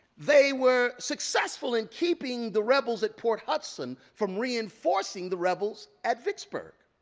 they were successful in keeping the rebels at port hudson from reinforcing the rebels at vicksburg.